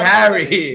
Harry